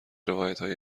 روایتهای